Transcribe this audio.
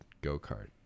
go-kart